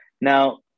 Now